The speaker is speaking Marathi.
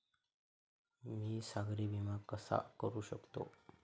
मी सागरी विमा कसा करू शकतो?